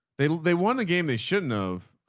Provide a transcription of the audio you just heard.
they, they won the game. they shouldn't have,